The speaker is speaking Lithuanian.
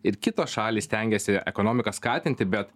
ir kitos šalys stengėsi ekonomiką skatinti bet